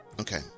Okay